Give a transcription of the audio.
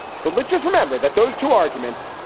so let's just remember that those two arguments,